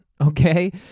okay